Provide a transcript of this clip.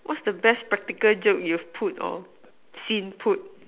what's the best practical joke you've put or seen put